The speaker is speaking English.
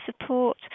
support